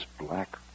black